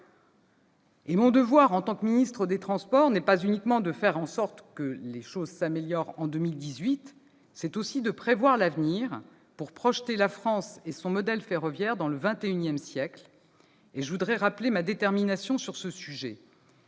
mon devoir en tant que ministre chargée des transports n'est pas uniquement de faire en sorte que tout aille mieux en 2018. C'est aussi de prévoir l'avenir pour projeter la France et son modèle ferroviaire dans le XXI siècle ; je veux rappeler ma détermination sur ce point.